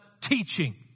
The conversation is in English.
teaching